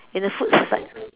in the food fight